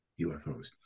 UFOs